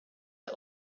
der